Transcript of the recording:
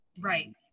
Right